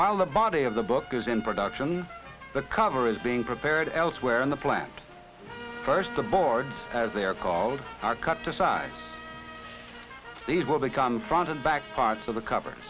while the body of the book is in production the cover is being prepared elsewhere in the plant first the board as they are called are cut to size these will become front and back parts of the c